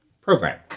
program